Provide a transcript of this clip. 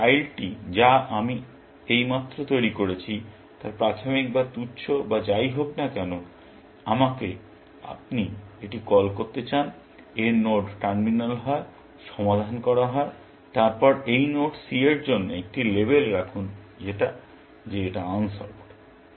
যদি চাইল্ডটি যা আমি এইমাত্র তৈরি করেছি তা প্রাথমিক বা তুচ্ছ বা যাই হোক না কেন আপনি এটিকে কল করতে চান এর নোড টার্মিনাল হয় সমাধান করা হয় তারপর এই নোড c এর জন্য একটি লেবেল রাখুন যে এটা সল্ভড